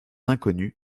inconnu